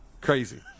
Crazy